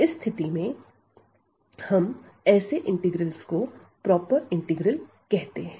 इस स्थिति में हम ऐसे इंटीग्रल्स को प्रॉपर इंटीग्रल कहते हैं